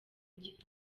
gito